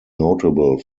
notable